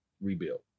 rebuild